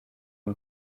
une